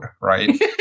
right